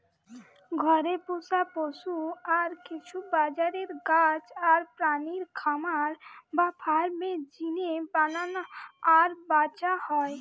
ঘরে পুশা পশু আর কিছু বাজারের গাছ আর প্রাণী খামার বা ফার্ম এর জিনে বানানা আর ব্যাচা হয়